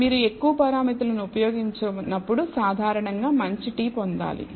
మీరు ఎక్కువ పారామితులను ఉపయోగించినప్పుడు సాధారణంగా మంచి t పొందాలి